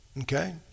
Okay